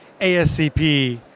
ASCP